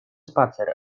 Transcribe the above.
spacer